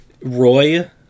Roy